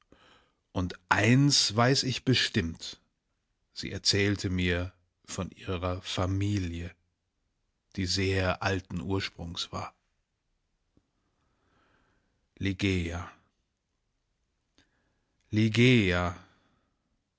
und eins weiß ich bestimmt sie erzählte mir von ihrer familie die sehr alten ursprungs war ligeia ligeia